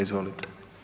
Izvolite.